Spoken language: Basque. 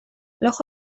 blog